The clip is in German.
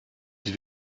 dies